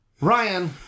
Ryan